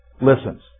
Listens